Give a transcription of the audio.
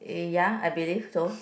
eh ya I believe so